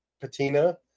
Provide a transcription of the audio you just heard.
patina